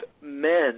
men